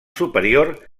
superior